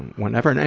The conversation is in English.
whenever.